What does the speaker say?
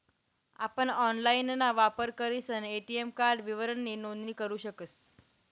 आपण ऑनलाइनना वापर करीसन ए.टी.एम कार्ड विवरणनी नोंदणी करू शकतस